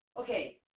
okay